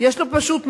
יש לו פשוט מזל.